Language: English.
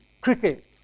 cricket